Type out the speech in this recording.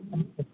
अच्छा